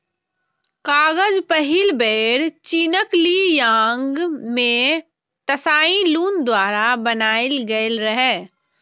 कागज पहिल बेर चीनक ली यांग मे त्साई लुन द्वारा बनाएल गेल रहै